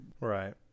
Right